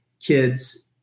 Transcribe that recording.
kids –